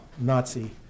Nazi